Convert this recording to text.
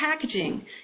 packaging